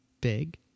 big